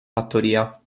fattoria